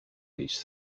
those